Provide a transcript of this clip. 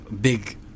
big